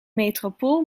metropool